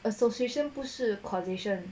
association 不是 condition